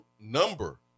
number